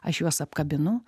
aš juos apkabinu